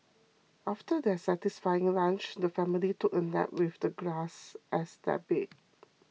after their satisfying lunch the family took a nap with the grass as their bed